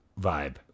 vibe